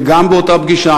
וגם באותה פגישה,